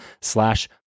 slash